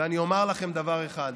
ואני אומר לכם דבר אחד: